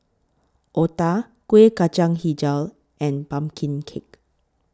Otah Kuih Kacang Hijau and Pumpkin Cake